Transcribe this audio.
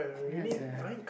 ya uh